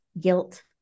guilt